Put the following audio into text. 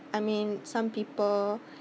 I mean some people